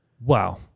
wow